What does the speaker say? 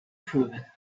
proven